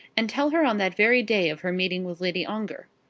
and tell her on that very day of her meeting with lady ongar.